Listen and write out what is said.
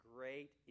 Great